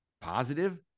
Positive